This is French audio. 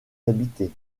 habitée